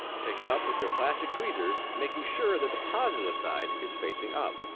pick it up with your plastic tweezers, making sure that the positive side is facing up.